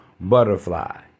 butterfly